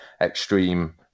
extreme